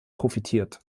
profitiert